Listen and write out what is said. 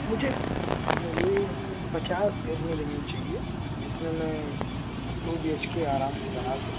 مجھے مجھے پچاس گز میں زمین چاہیے جس میں میں ٹو بی ایچ کے آرام سے بنا سکو